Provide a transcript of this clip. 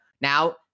Now